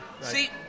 See